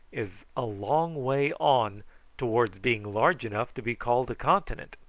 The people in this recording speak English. is a long way on towards being large enough to be called a continent.